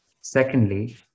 Secondly